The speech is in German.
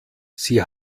sie